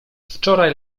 wczoraj